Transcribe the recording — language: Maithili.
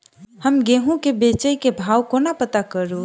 हम गेंहूँ केँ बेचै केँ भाव कोना पत्ता करू?